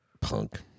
punk